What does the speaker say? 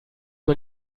man